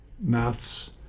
maths